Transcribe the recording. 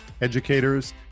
educators